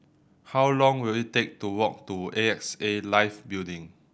how long will it take to walk to A X A Life Building